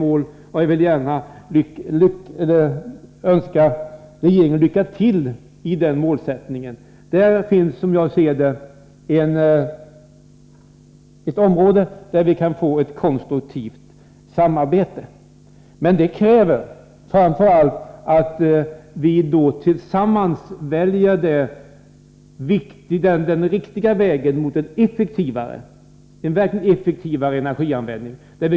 Jag vill gärna önska regeringen lycka till när det gäller den målsättningen. Detta är, som jag ser det, ett område där vi kan få ett konstruktivt samarbete. Men det kräver framför allt att vi tillsammans väljer den riktiga vägen mot en effektivare energianvändning.